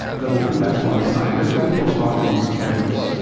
but we'll put that to one side. let's look at post-marketing surveillance.